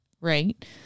Right